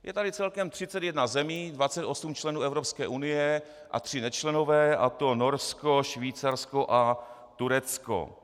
Je tady celkem 31 zemí, 28 členů Evropské unie a tři nečlenové, a to Norsko, Švýcarsko a Turecko.